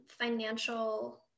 financial